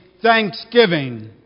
thanksgiving